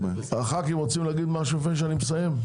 החכ"ים רוצים לומר משהו לפני שאסיים?